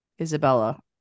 Isabella